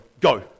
go